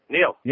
Neil